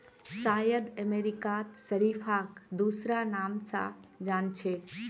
शायद अमेरिकात शरीफाक दूसरा नाम स जान छेक